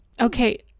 Okay